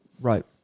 right